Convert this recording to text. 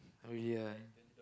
oh really ah